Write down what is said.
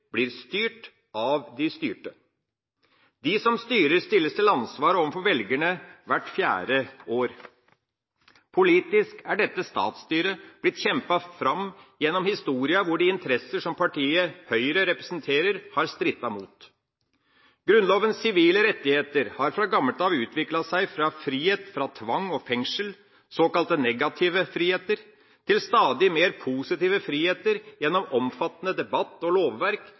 blir styrt av de styrte. De som styrer, stilles til ansvar overfor velgerne hvert fjerde år. Politisk er dette statsstyret blitt kjempet fram gjennom historia, hvor de interesser som partiet Høyre representerer, har strittet mot. Grunnlovens sivile rettigheter har fra gammelt av utviklet seg fra frihet fra tvang og fengsel – såkalt negative friheter – til stadig mer positive friheter gjennom omfattende debatt og lovverk